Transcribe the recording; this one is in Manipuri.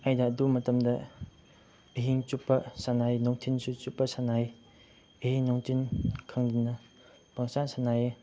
ꯑꯩꯅ ꯑꯗꯨ ꯃꯇꯝꯗ ꯑꯍꯤꯡ ꯆꯨꯞꯄ ꯁꯥꯟꯅꯩ ꯅꯨꯡꯊꯤꯟꯁꯨ ꯆꯨꯞꯄ ꯁꯥꯟꯅꯩ ꯑꯍꯤꯡ ꯅꯨꯡꯊꯤꯟ ꯈꯪꯗꯅ ꯄꯪꯁꯥꯟ ꯁꯥꯟꯅꯩꯌꯦ